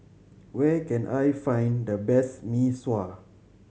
where can I find the best Mee Sua